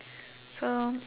so